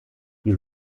die